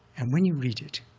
and when you read it,